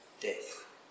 death